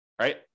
right